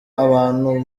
abantu